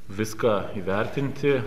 viską įvertinti